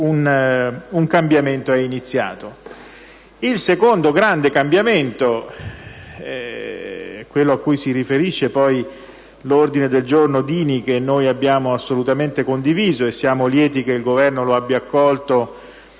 un cambiamento è iniziato. Il secondo grande cambiamento - quello cui si riferisce l'ordine del giorno Dini, che abbiamo condiviso e siamo lieti che il Governo abbia accolto